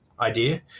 idea